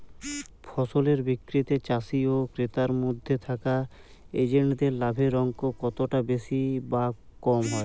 ফসলের বিক্রিতে চাষী ও ক্রেতার মধ্যে থাকা এজেন্টদের লাভের অঙ্ক কতটা বেশি বা কম হয়?